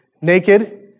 naked